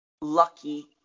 lucky